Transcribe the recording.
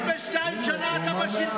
42 שנה אתה בשלטון.